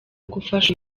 gufasha